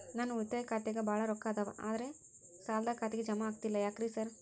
ನನ್ ಉಳಿತಾಯ ಖಾತ್ಯಾಗ ಬಾಳ್ ರೊಕ್ಕಾ ಅದಾವ ಆದ್ರೆ ಸಾಲ್ದ ಖಾತೆಗೆ ಜಮಾ ಆಗ್ತಿಲ್ಲ ಯಾಕ್ರೇ ಸಾರ್?